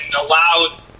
allowed